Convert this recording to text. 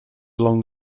along